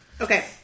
Okay